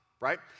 right